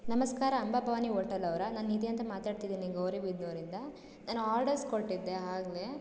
ನಮಸ್ಕಾರ ಅಂಬಾ ಭವಾನಿ ಓಟೆಲವರಾ ನಾನು ನಿಧಿ ಅಂತ ಮಾತಾಡ್ತಿದ್ದೀನಿ ಗೌರಿಬಿದನೂರಿಂದ ನಾನು ಆರ್ಡರ್ಸ್ ಕೊಟ್ಟಿದ್ದೆ ಆಗ್ಲೇ